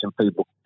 people